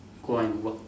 go out and work